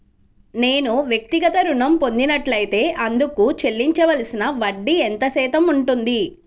నేను వ్యక్తిగత ఋణం పొందినట్లైతే అందుకు చెల్లించవలసిన వడ్డీ ఎంత శాతం ఉంటుంది?